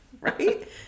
Right